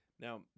Now